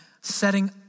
setting